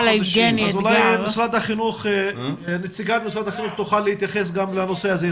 אולי נציגת משרד החינוך תוכל להתייחס גם לנושא הזה.